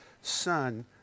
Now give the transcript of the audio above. son